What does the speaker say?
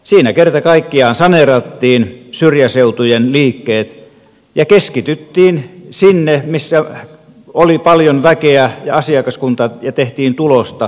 siinä kerta kaikkiaan saneerattiin syrjäseutujen liikkeet ja keskityttiin sinne missä oli paljon väkeä ja asiakaskuntaa ja tehtiin tulosta kaupungeissa